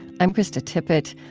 i'm krista tippett.